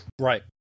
Right